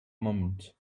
moments